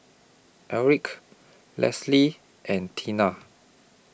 Erick Lesley and Tina